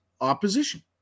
opposition